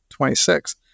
26